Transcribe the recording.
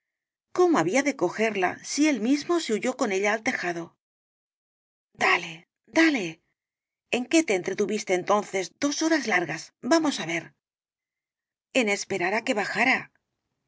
cómo había de cogerla si él mismo se huyó con ella al tejado dale dale en qué te entretuviste entonces dos horas largas vamos á ver en esperar á que bajara